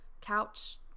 couch